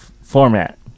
Format